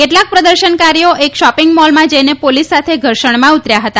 કેટલાક પ્રદર્શન કારીઓ એક શોપિંગ મોલમાં જઈને પોલીસ સાથે ઘર્ષણમાં ઉતર્યા હતા